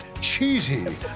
cheesy